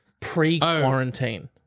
pre-quarantine